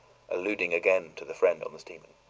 alluding again to the friend on the steamer.